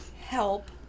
help